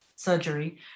surgery